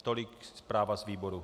Tolik zpráva z výboru.